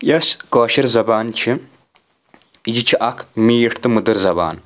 یۄس کٲشِر زبان چھِ یہِ چھِ اکھ میٖٹھ تہٕ مُدٕر زبان